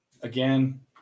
Again